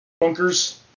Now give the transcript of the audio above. bunkers